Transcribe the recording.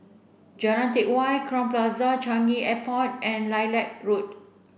Jalan Teck Whye Crowne Plaza Changi Airport and Lilac Road